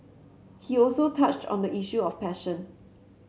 he also touched on the issue of passion